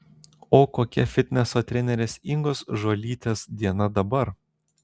o kokia fitneso trenerės ingos žuolytės diena dabar